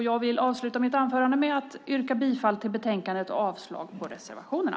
Jag yrkar bifall till förslaget i betänkandet och avslag på reservationerna.